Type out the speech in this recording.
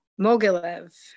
Mogilev